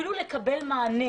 אפילו לא הייתי מקבלת מענה.